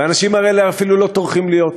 והאנשים האלה אפילו לא טורחים להיות פה.